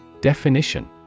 Definition